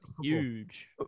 Huge